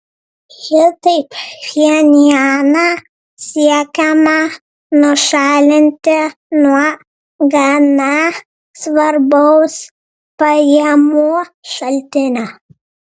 šitaip pchenjaną siekiama nušalinti nuo gana svarbaus pajamų šaltinio